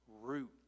root